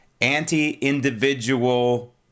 anti-individual